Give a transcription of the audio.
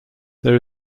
there